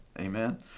Amen